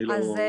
אני לא.